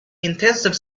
intensive